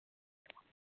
औ